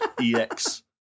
EX